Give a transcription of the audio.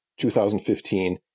2015